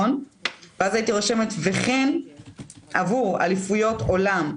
הייתי רושמת: וכן עבור אליפויות עולם,